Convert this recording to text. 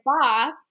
boss